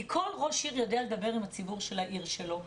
כי כל ראש עיר יודע לדבר עם הציבור של העיר שלו,